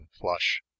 flush